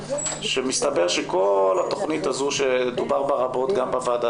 שמסתבר שכל התכנית הזו שדובר בה רבות גם בוועדה